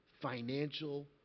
financial